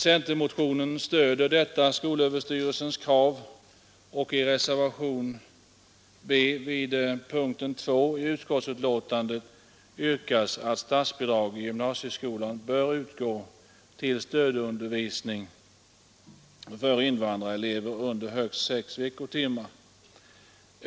Centermotionen stöder detta skolöverstyrelsens krav, och i reservationen B vid punkten 2 i utskottsbetänkandet yrkas att statsbidrag i gymnasieskolan skall utgå till stödundervisning för invandrarelever under högst 6 veckotimmar.